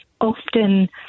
often